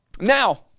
Now